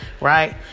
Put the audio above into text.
right